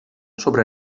sobre